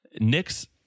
Nick's